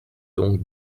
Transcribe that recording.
donc